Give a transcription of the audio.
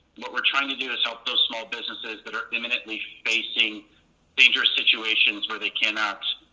what we're trying to do is help those small businesses that are imminently facing dangerous situations where they cannot